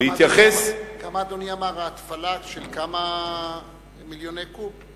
כמה אמר אדוני, התפלה של כמה מיליוני קוב?